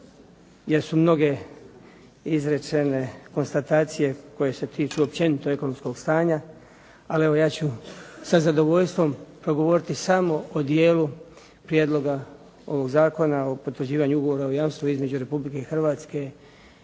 jer su mnoge izrečene konstatacije koje se tiču općenito ekonomskog stanja ali evo ja ću sa zadovoljstvom progovoriti samo o dijelu Prijedloga ovog zakona o potvrđivanju Ugovora o jamstvu između Republike Hrvatske